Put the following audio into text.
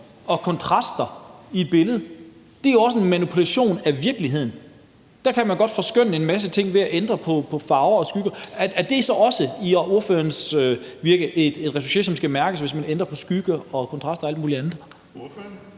og kontraster i et billede? Det er jo også en manipulation af virkeligheden – der kan man godt forskønne en masse ting ved at ændre på farver og skygger. Og er det så også efter ordførerens holdning retouchering, som skal mærkes – altså hvis man ændrer på skygger og kontraster og alt muligt andet?